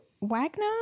Wagner